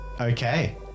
Okay